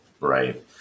Right